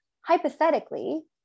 hypothetically